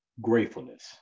Gratefulness